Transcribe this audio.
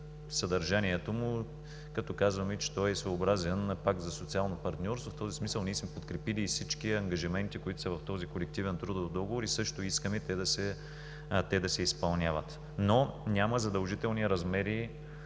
съдържание, като казваме, че той е своеобразен пакт за социално партньорство. В този смисъл ние сме подкрепили и всички ангажименти, които са в този колективен трудов договор, и също искаме те да се изпълняват, но няма задължителни размери,